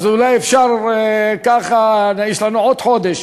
יש לנו עוד חודש,